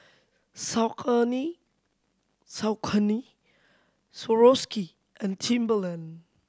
Saucony Swarovski and Timberland